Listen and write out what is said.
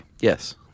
Yes